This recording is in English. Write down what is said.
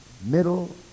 middle